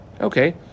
okay